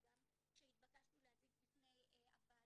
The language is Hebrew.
וגם כשהתבקשנו להביא בפני הוועדה,